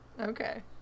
Okay